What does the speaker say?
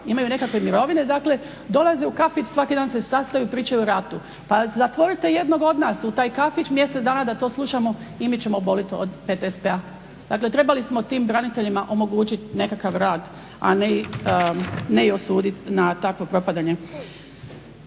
Imaju nekakve mirovine, dolaze u kafić, svaki dan se sastaju, pričaju o ratu. Pa zatvorite jednog od nas u taj kafić mjesec dana da to slušamo, i mi ćemo oblit od PTSP-a. Dakle, trebali smo tim braniteljima omogućit nekakav rad, a ne ih osudit na takvo propadanje.